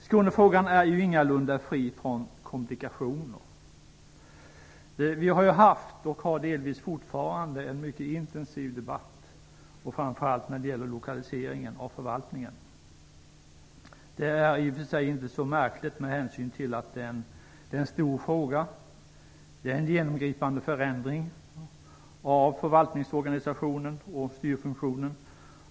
Skånefrågan är ju ingalunda fri från komplikationer. Vi har haft och har delvis fortfarande en mycket intensiv debatt, framför allt när det gäller lokaliseringen av förvaltningen. Det är i och för sig inte så märkligt med hänsyn till att det är en stor fråga, som innebär en genomgripande förändring av förvaltningsorganisationen och styrfunktionen.